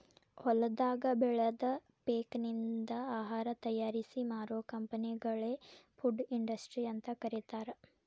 ಹೊಲದಾಗ ಬೆಳದ ಪೇಕನಿಂದ ಆಹಾರ ತಯಾರಿಸಿ ಮಾರೋ ಕಂಪೆನಿಗಳಿ ಫುಡ್ ಇಂಡಸ್ಟ್ರಿ ಅಂತ ಕರೇತಾರ